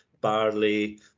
barley